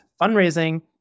fundraising